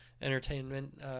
entertainment